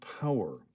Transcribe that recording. power